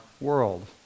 world